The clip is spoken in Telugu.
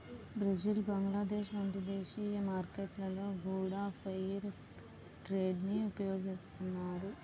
బ్రెజిల్ బంగ్లాదేశ్ వంటి దేశీయ మార్కెట్లలో గూడా ఫెయిర్ ట్రేడ్ ని ఉపయోగిత్తన్నారు